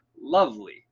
lovely